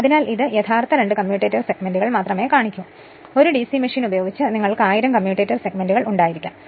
അതിനാൽ ഇത് യഥാർത്ഥത്തിൽ രണ്ട് കമ്മ്യൂട്ടേറ്റർ സെഗ്മെന്റുകൾ മാത്രമേ കാണിക്കൂ ഒരു ഡിസി മെഷീൻ ഉപയോഗിച്ച് നിങ്ങൾക്ക് 1000 കമ്മ്യൂട്ടേറ്റർ സെഗ്മെന്റുകൾ ഉണ്ടായിരിക്കാം